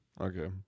Okay